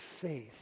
faith